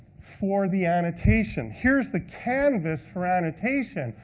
for the annotation. here's the canvas for annotation.